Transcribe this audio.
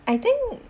I think